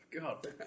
God